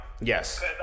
Yes